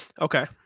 okay